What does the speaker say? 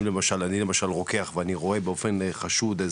אם אני למשל רוקח ואני רואה באפון חשוד,